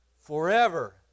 forever